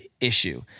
issue